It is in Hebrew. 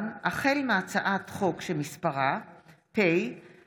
(אחריות בנק קולט בהעברת פעילות פיננסית של לקוח),